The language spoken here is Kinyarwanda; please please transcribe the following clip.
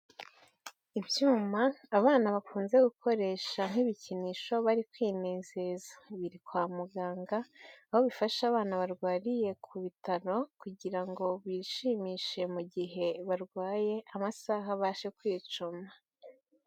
Ibyuma abana bakunze gukoresha nk'ibikinisho bari kwinezeza. Biri kwa muganga, aho bifasha abana barwariye ku bitaro kugira ngo bishimishe mu gihe barwaye, amasaha abashe kwicuma.